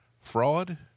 fraud